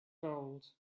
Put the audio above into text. gold